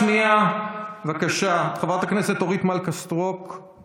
שאילתה מס' 425, חברת הכנסת אורית מלכה סטרוק: